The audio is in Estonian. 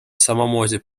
samamoodi